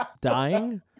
dying